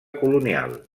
colonial